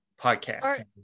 podcast